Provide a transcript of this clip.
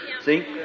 see